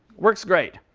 works great.